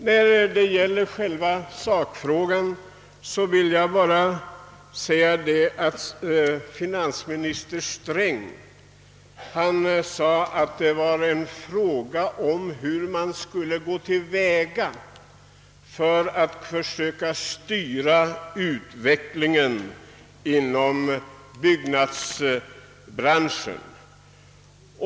När det gäller själva sakfrågan sade finansminister Sträng att det var en fråga om hur man skulle gå till väga för att försöka styra utvecklingen inom byggnadsbranschen.